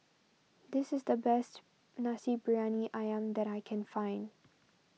this is the best Nasi Briyani Ayam that I can find